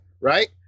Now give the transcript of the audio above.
right